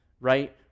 right